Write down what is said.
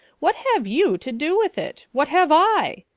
what have you to do with it? what have i?